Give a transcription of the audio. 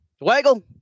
Waggle